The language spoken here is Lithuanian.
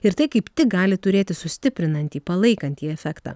ir tai kaip tik gali turėti sustiprinantį palaikantį efektą